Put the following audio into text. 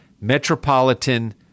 metropolitan